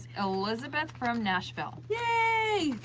elizabeth from nashville. yay.